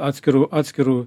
atskiru atskiru